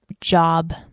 job